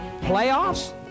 Playoffs